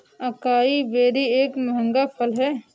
acai berry एक महंगा फल है